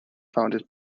founded